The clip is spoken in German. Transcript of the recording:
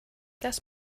das